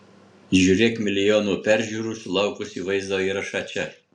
žiūrėk milijonų peržiūrų sulaukusį vaizdo įrašą čia